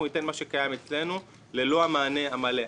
ניתן את מה שקיים אצלנו ללא המענה המלא.